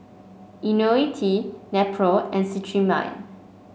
IoniL T Nepro and Cetrimide